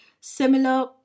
similar